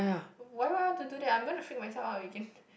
why would I want to do that I'm gonna freak myself out again